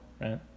right